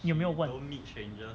你有没有问